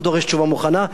לא דורש תשובה מוכנה,